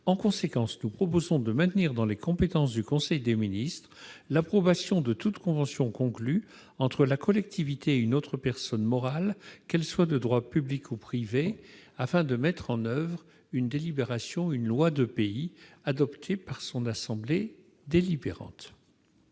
En conséquence, nous proposons de maintenir dans les compétences du conseil des ministres l'approbation de toute convention conclue entre la collectivité et une autre personne morale, de droit public ou privé, afin de mettre en oeuvre une délibération ou une loi du pays adoptée par l'assemblée délibérante.